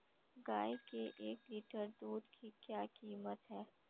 गाय के एक लीटर दूध की क्या कीमत है?